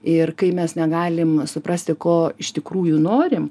ir kai mes negalim suprasti ko iš tikrųjų norim